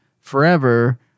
forever